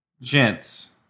gents